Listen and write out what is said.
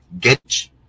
get